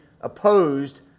opposed